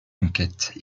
conquêtes